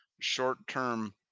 short-term